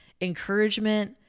encouragement